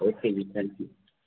okay ਜੀ thank you